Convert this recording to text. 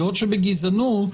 בעוד שבגזענות